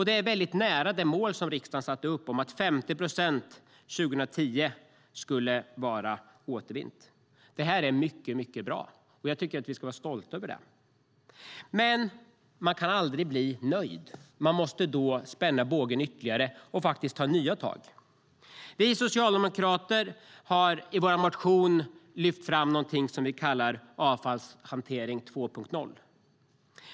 Det ligger nära det mål som riksdagen satte upp om att 50 procent skulle återvinnas 2010. Det här är mycket bra, och vi ska vara stolta över det. Man ska aldrig bli nöjd. Man måste spänna bågen ytterligare och ta nya tag. Vi socialdemokrater har i vår motion lyft fram något som vi kallar avfallshantering 2.0.